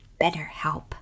BetterHelp